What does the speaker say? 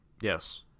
Yes